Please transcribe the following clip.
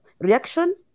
reaction